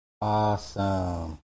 Awesome